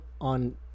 on